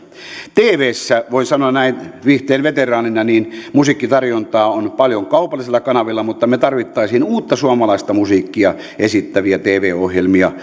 tvssä voin sanoa näin viihteen veteraanina musiikkitarjontaa on paljon kaupallisilla kanavilla mutta me tarvitsisimme uutta suomalaista musiikkia esittäviä tv ohjelmia